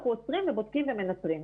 אנחנו עוצרים ובודקים ומנטרים,